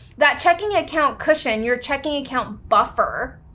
that checking account cushion, your checking account buffer,